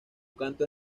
canto